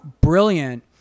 brilliant